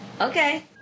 Okay